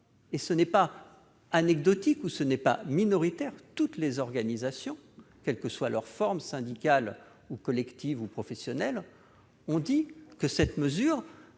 Et ce n'est pas anecdotique ni minoritaire ; toutes les organisations, quelle que soit leur forme- syndicale, collective ou professionnelle -, ont indiqué que cette mesure